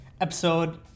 Episode